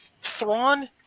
thrawn